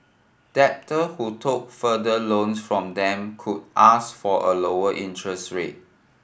debtor who took further loans from them could ask for a lower interest rate